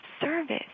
service